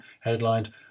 headlined